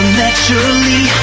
naturally